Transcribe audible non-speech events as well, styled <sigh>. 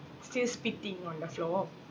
still spitting on the floor <noise>